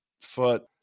foot